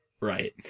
Right